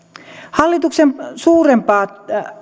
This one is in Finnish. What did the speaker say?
hallituksen suurempana